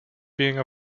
being